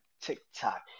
TikTok